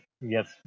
yes